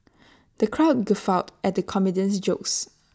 the crowd guffawed at the comedian's jokes